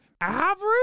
Average